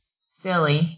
silly